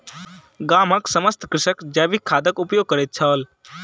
गामक समस्त कृषक जैविक खादक उपयोग करैत छल